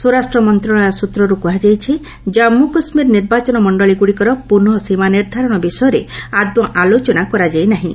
ସ୍ୱରାଷ୍ଟ୍ର ମନ୍ତ୍ରଣାଳୟ ସ୍ପୂତ୍ରରୁ କୁହାଯାଇଛି କମ୍ମୁ କାଶ୍ମୀର ନିର୍ବାଚନ ମଣ୍ଡଳୀଗୁଡ଼ିକର ପୁନଃ ସୀମା ନିର୍ଦ୍ଧାରଣ ବିଷୟରେ ଆଦୌ ଆଲୋଚନା କରାଯାଇ ନାହିଁ